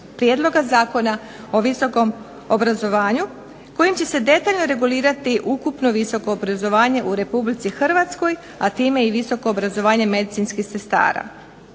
prijedloga zakona o visokom obrazovanju kojim će se detaljno regulirati ukupno visoko obrazovanje u Republici Hrvatskoj a time i visoko obrazovanje medicinskih sestara.